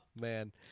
man